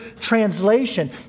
translation